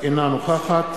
אינה נוכחת